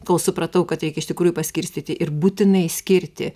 kol supratau kad reikia iš tikrųjų paskirstyti ir būtinai skirti